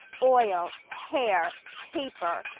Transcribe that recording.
oil, hair, paper,